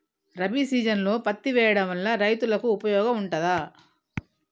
రబీ సీజన్లో పత్తి వేయడం వల్ల రైతులకు ఉపయోగం ఉంటదా?